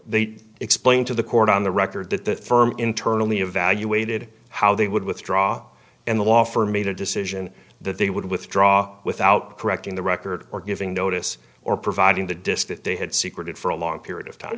they explained to the court on the record that the firm internally evaluated how they would withdraw and the law firm made a decision that they would withdraw without correcting the record or giving notice or providing the disc that they had secret for a long period of time